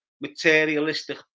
materialistic